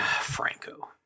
Franco